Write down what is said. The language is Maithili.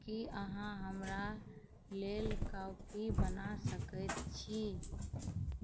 कि अहाँ हमरा लेल कॉफी बना सकै छी